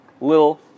little